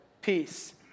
peace